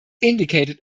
indicated